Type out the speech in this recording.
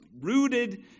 rooted